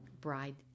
bride